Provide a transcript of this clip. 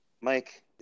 Mike